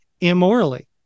immorally